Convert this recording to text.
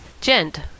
Gent